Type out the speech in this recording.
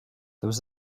there